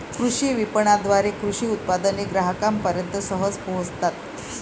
कृषी विपणनाद्वारे कृषी उत्पादने ग्राहकांपर्यंत सहज पोहोचतात